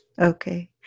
Okay